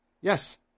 Yes